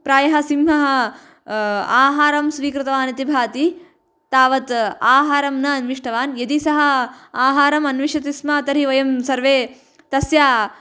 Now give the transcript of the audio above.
प्रायः सिंहः आहारं स्वीकृतवानिति भाति तावत् आहारं न अन्विष्टवान् यदि सः आहारम् अन्विषति स्म तर्हि वयं सर्वे तस्य